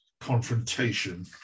confrontation